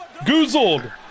Goozled